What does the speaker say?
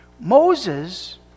Moses